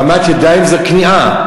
הרמת ידיים זה כניעה,